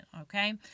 okay